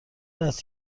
است